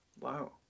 Wow